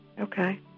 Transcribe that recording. Okay